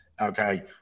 Okay